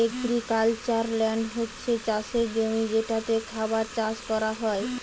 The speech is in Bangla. এগ্রিক্যালচারাল ল্যান্ড হচ্ছে চাষের জমি যেটাতে খাবার চাষ কোরা হয়